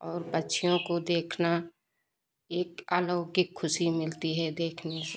और पक्षियों को देखना एक आलौकिक खुशी मिलती है देखने से